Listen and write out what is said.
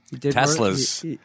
Tesla's